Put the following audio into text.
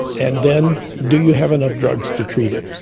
and then do you have enough drugs to treat it?